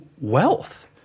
wealth